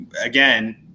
again